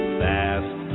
fast